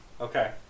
Okay